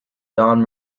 dawn